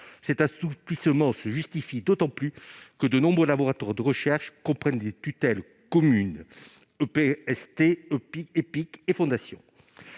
Cet assouplissement se justifie d'autant plus que de nombreux laboratoires de recherche travaillent sous tutelles communes- EPST, EPIC et fondations.